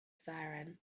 siren